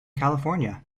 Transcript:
california